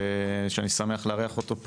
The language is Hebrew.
שאני שמח לארח אותו,